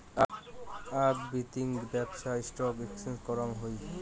আক বিতিং ব্যপছা স্টক এক্সচেঞ্জ করাং হই